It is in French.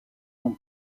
son